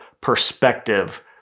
perspective